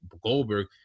Goldberg